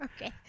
Okay